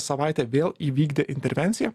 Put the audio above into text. savaitę vėl įvykdė intervenciją